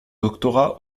doctorat